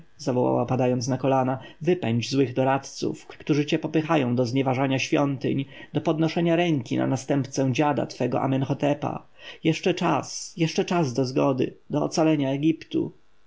zawołała padając na kolana wypędź złych doradców którzy cię popychają do znieważania świątyń do podnoszenia ręki na następcę dziada twego amenhotepa jeszcze czas jeszcze czas do zgody do ocalenia egiptu